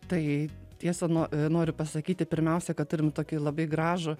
tai tiesa nuo noriu pasakyti pirmiausia kad turim tokį labai gražų